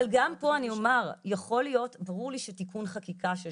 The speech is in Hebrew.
אבל גם פה אני אומר שברור לי שתיקון חקיקה של